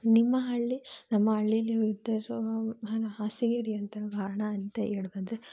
ನಿಮ್ಮ ಹಳ್ಳಿ ನಮ್ಮ ಹಳ್ಳಿಲಿ ವೃದ್ದರು ಹ ಹಾಸಿಗೆ ಹಿಡಿಯೋ ಅಂತ ಕಾರಣ ಅಂತ ಹೇಳೋದಾದ್ರೆ